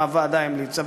שהוועדה המליצה.